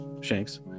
Shanks